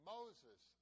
Moses